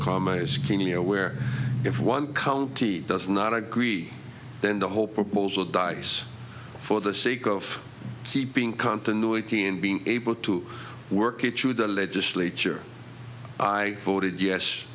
know where if one county does not agree then the whole proposal dies for the sake of keeping continuity and being able to work it through the legislature i voted yes